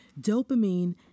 Dopamine